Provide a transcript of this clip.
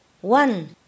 One